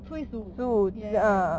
初一十五 ya ya ya